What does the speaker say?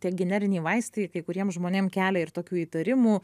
tie generiniai vaistai kai kuriem žmonėm kelia ir tokių įtarimų